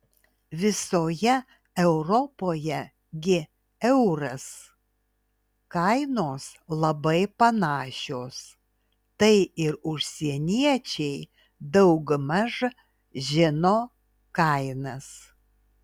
visoje europoje gi euras kainos labai panašios tai ir užsieniečiai daugmaž žino kainas